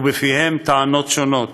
ובפיהם יש טענות שונות